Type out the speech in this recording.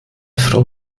frau